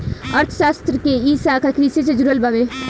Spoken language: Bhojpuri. अर्थशास्त्र के इ शाखा कृषि से जुड़ल बावे